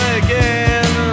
again